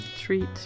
treat